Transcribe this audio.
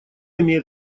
имеет